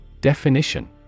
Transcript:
Definition